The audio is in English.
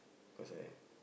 cause I